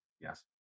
Yes